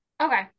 Okay